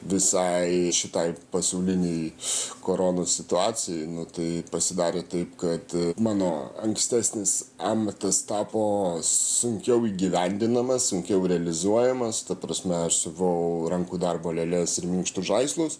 visai šitai pasaulinei koronos situacijai nu tai pasidarė taip kad mano ankstesnis amatas tapo sunkiau įgyvendinamas sunkiau realizuojamas ta prasme aš siuvau rankų darbo lėles ir minkštus žaislus